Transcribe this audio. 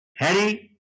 Harry